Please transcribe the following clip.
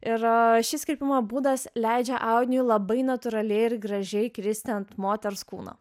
ir šis kirpimo būdas leidžia audiniui labai natūraliai ir gražiai kristi ant moters kūno